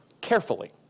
carefully